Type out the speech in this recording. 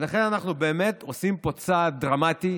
לכן אנחנו באמת עושים פה צעד דרמטי.